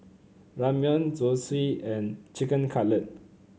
Ramyeon Zosui and Chicken Cutlet